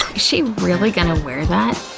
she really gonna wear that?